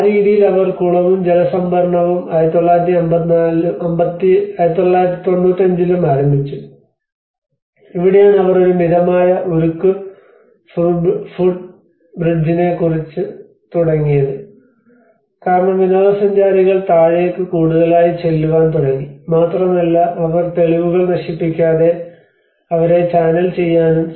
ആ രീതിയിൽ അവർ കുളവും ജല സംഭരണവും 1995 ലും ആരംഭിച്ചു ഇവിടെയാണ് അവർ ഒരു മിതമായ ഉരുക്ക് ഫുട്ബ്രിഡ്ജിനെക്കുറിച്ച് തുടങ്ങിയത് കാരണം വിനോദസഞ്ചാരികൾ താഴേക്ക് കൂടുതലായി ചൊല്ലുവാൻ തുടങ്ങി മാത്രമല്ല അവർ തെളിവുകൾ നശിപ്പിക്കാതെ അവരെ ചാനൽ ചെയ്യാനും